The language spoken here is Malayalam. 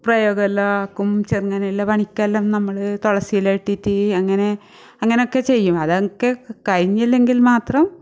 പ്രയോഗമെല്ലാം ആക്കും ചെറുങ്ങനെയുള്ള പനിക്കെല്ലാം നമ്മൾ തുളസി ഇല ഇട്ടിട്ട് അങ്ങനെ അങ്ങനയൊക്കെ ചെയ്യും അതൊക്കെ കഴിഞ്ഞില്ലെങ്കിൽ മാത്രം